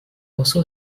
also